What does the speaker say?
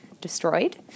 destroyed